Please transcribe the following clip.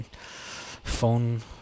phone